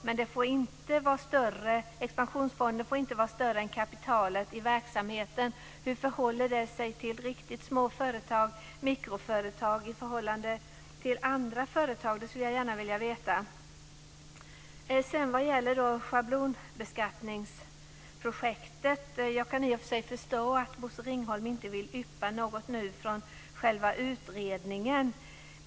Men expansionsfonden får inte vara större än kapitalet i verksamheten. Hur förhåller sig riktigt små företag, mikroföretag, till andra företag? Det skulle jag gärna vilja veta. Vad gäller Schablonbeskattningsprojektet kan jag i och för sig förstå att Bosse Ringholm inte nu vill yppa något från själva utredningen.